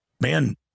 man